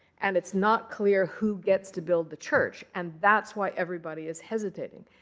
and it's not clear who gets to build the church. and that's why everybody is hesitating,